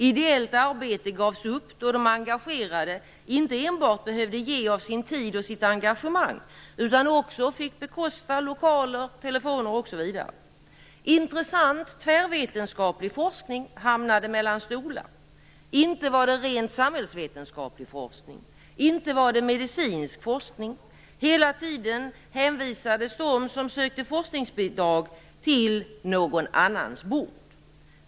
Ideellt arbete gavs upp då de engagerade inte enbart behövde ge av sin tid och sitt engagemang utan också fick bekosta lokaler, telefon osv. Intressant tvärvetenskaplig forskning hamnade mellan stolar. Inte var det rent samhällsvetenskaplig forskning; inte var det medicinsk forskning. Hela tiden hänvisades de som sökte forskningsbidrag till någon annans bord.